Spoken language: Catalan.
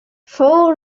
fou